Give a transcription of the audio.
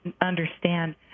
understand